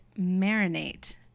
marinate